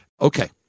okay